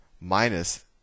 minus